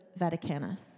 Vaticanus